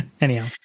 Anyhow